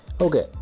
okay